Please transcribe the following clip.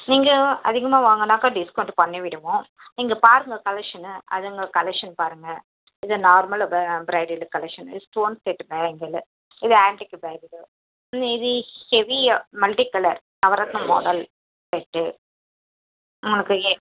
நீங்கள் அதிகமாக வாங்கினாக்கா டிஸ்கௌண்ட்டு பண்ணி விடுவோம் நீங்கள் பாருங்க கலெக்ஷனை அதுங்க கலெக்ஷன் பாருங்கள் இது நார்மல் ப ப்ரைடல் கலெக்ஷன் இது ஸ்டோன் செட்டு பேங்கிளு இது ஆன்ட்டிக் பேங்கிளு ம் இது heavy multi colour navaratna model set உங்களுக்கு ஏ